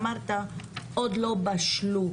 אמרת שהתנאים עוד לא בושלו.